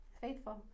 faithful